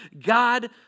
God